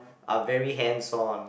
are very hands on